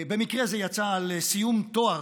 במקרה זה יצא בסיום תואר,